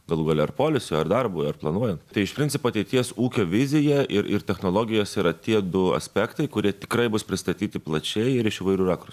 galų gale ar poilsiui ar darbui ar planuojant tai iš principo ateities ūkio vizija ir ir technologijos yra tie du aspektai kurie tikrai bus pristatyti plačiai ir iš įvairių rakursų